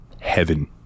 heaven